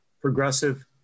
progressive